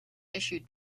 issued